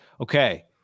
Okay